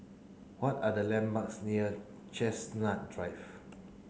what are the landmarks near Chestnut Drive